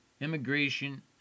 Immigration